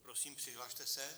Prosím, přihlaste se.